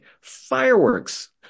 Fireworks